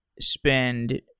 spend